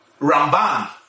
Ramban